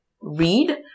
read